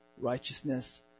righteousness